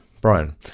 Brian